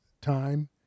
time